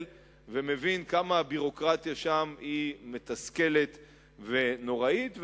ומבין כמה הביורוקרטיה שם היא מתסכלת ונוראית.